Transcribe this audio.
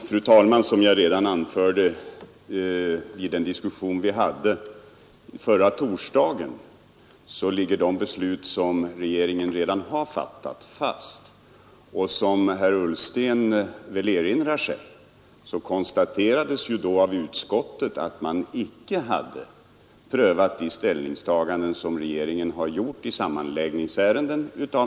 Fru talman! Som jag anförde i den diskussion vi hade förra torsdagen ligger de beslut som regeringen redan har fattat fast. Och som herr Ullsten väl erinrar sig konstaterades då av utskottet att.man, av naturliga skäl, icke hade prövat de ställningstaganden som regeringen har gjort i sammanläggningsärenden.